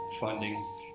funding